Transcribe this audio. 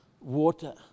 water